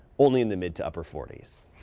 only in the mid to upper forty s.